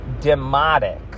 demotic